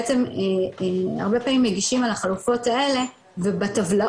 בעצם הרבה פעמים מגישים על החלופות האלה ובטבלאות